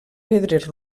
pedres